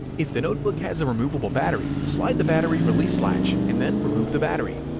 if the notebook has a removeable battery, slide the battery release latch, and then remove the battery.